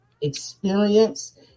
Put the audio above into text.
experience